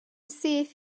syth